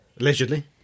Allegedly